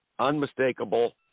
unmistakable